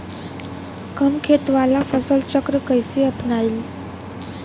कम खेत वाला फसल चक्र कइसे अपनाइल?